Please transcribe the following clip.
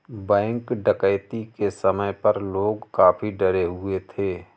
bank डकैती के समय पर लोग काफी डरे हुए थे